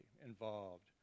involved